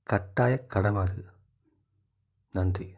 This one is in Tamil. கட்டாய கடமை அது நன்றி